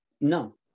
no